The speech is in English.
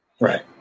Right